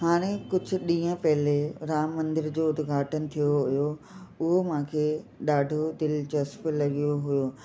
हाणे कुझु ॾींहं पहले राम मंदिर जो उद्घाटन थियो हुयो उहो मूंखे ॾाढो दिलिचस्पु लॻियो हुयो